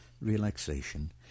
relaxation